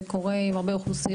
זה קורה עם הרבה אוכלוסיות,